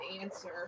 answer